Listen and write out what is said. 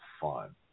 fun